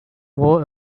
war